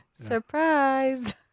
surprise